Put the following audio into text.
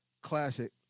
classic